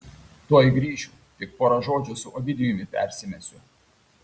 tuoj grįšiu tik pora žodžių su ovidijumi persimesiu